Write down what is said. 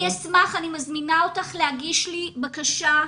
אני מזמינה אותך להגיש לי בקשה,